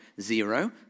Zero